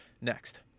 next